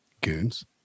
Goons